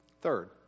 Third